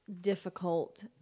difficult